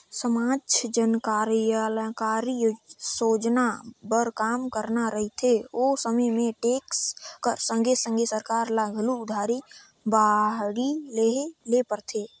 समाज जनकलयानकारी सोजना बर काम करना रहथे ओ समे में टेक्स कर संघे संघे सरकार ल घलो उधारी बाड़ही लेहे ले परथे